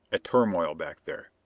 a turmoil back there.